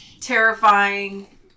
Terrifying